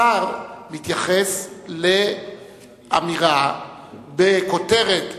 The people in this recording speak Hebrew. השר מתייחס לאמירה בכותרת האי-אמון,